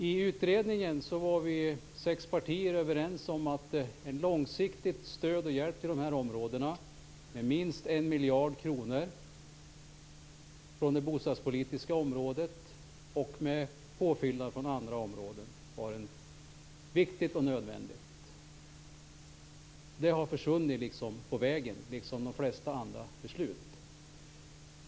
I utredningen var vi sex partier som var överens om att en långsiktig hjälp och ett långsiktigt stöd till dessa områden med minst 1 miljard kronor från det bostadspolitiska budgetområdet och med påfyllande från andra områden var viktigt och nödvändigt. Men detta har försvunnit på vägen liksom de flesta andra beslut.